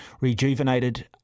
rejuvenated